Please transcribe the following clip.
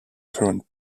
current